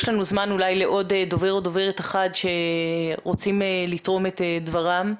יש לנו זמן לעוד דובר או דוברת אחת שרוצים לתרום את דברם.